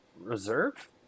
reserve